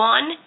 One